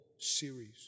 series